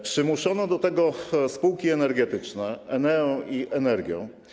Przymuszono do tego spółki energetyczne: Eneę i Energę.